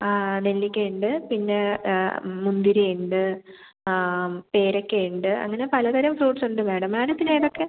ആ നെല്ലിക്കയുണ്ട് പിന്നെ മുന്തിരിയുണ്ട് ആ പേരക്കയുണ്ട് അങ്ങനെ പലതരം ഫ്രൂട്ട്സൊണ്ട് മാഡം മാഡത്തിനേതൊക്കെയാണ്